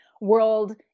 world